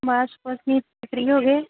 ਬਸ ਕੁਛ ਨਹੀਂ ਫਰੀ ਹੋ ਗਏ